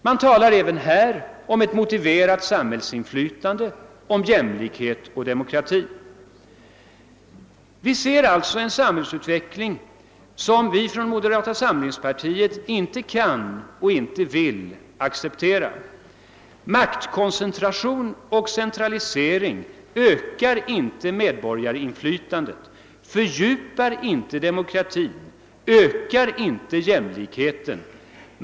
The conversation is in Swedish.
även här talar man om ett motiverat samhällsinflytande, om jämlikhet och demokrati. Vi ser alltså en samhällsutveckling som vi inom moderata samlingspartiet inte kan och inte vill acceptera. Maktkoncentration och centralisering ökar inte medborgarinflytandet, fördjupar inte demokratin, ökar inte jämlikheten.